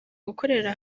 gukorera